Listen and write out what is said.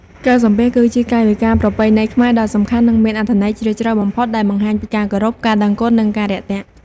ការសំពះ គឺជាកាយវិការប្រពៃណីខ្មែរដ៏សំខាន់ និងមានអត្ថន័យជ្រាលជ្រៅបំផុត ដែលបង្ហាញពីការគោរព ការដឹងគុណ និងការរាក់ទាក់។